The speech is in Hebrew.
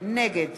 נגד